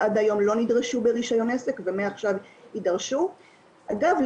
צעיר אבל את ההשלכות הבריאותיות הם יראו רק בעוד 30 40 שנה,